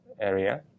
area